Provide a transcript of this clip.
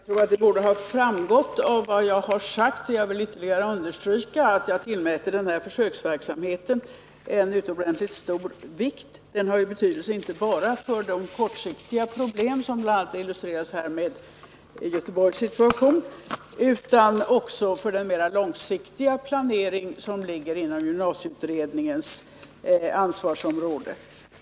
Herr talman! Jag trodde att det borde ha framgått av vad jag har sagt, men jag vill här ytterligare understryka att jag tillmäter försöksverksamheten en utomordentligt stor vikt. Den har betydelse inte bara för de kortsiktiga problem som här bl.a. illustrerades med Göteborgssituationen utan också för den mera långsiktiga planering som ligger inom gymnasieutbildningens ansvarsområde.